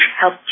help